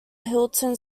hilton